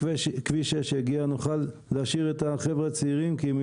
אני מאמין שנמצא פה את הפתרונות.